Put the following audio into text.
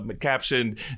captioned